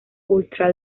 ultra